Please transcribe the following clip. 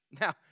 Now